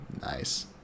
nice